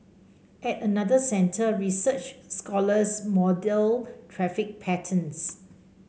at another centre research scholars model traffic patterns